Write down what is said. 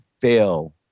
fail